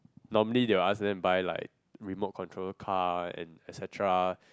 normally they would ask them to buy like remote control car and et-cetera